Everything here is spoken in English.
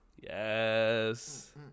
Yes